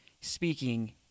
speaking